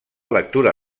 lectura